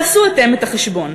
תעשו אתם את החשבון.